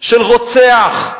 של רוצח,